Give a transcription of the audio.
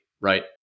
right